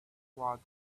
water